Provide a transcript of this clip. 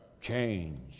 Change